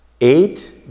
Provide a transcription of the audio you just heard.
eight